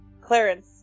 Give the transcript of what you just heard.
Clarence